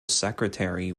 secretary